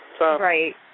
Right